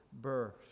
birth